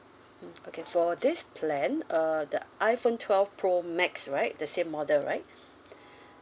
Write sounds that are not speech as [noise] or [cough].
mm okay for this plan uh the iphone twelve pro max right the same model right [breath]